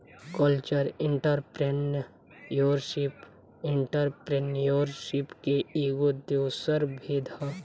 cultural entrepreneurship entrepreneurship के एगो दोसर भेद ह